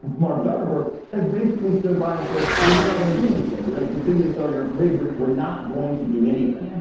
mark zuckerberg has basically stood by and said we're we're not going to do anything. we're going to continue to sell your information. we're we're not going to do anything. yeah